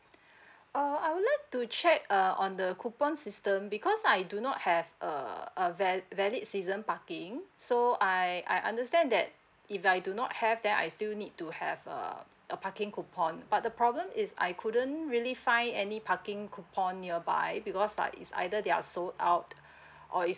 uh I would like to check uh on the coupon system because I do not have a uh valid valid season parking so I I understand that if I do not have that I still need to have err a parking coupon but the problem is I couldn't really find any parking coupon nearby because like is either they are sold out or is